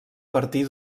partir